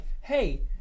hey